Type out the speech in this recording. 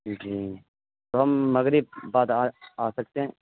جی جی تو ہم مغرب مغرب بعد آ آ سکتے ہیں